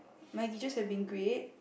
my teachers have been great